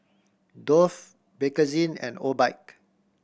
Dove Bakerzin and Obike